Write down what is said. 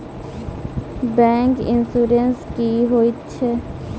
Bank insurance की होइत छैक?